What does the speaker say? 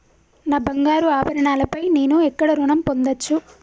నా బంగారు ఆభరణాలపై నేను ఎక్కడ రుణం పొందచ్చు?